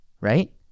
right